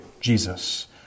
Jesus